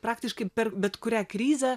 praktiškai per bet kurią krizę